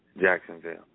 Jacksonville